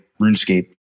RuneScape